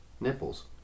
nipples